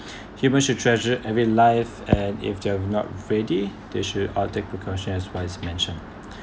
human should treasure every live and if they're not ready they should all take precautions as wise mentioned